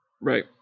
Right